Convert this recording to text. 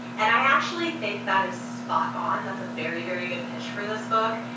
and i actually think that is spot on. that's a very very good pitch for this book.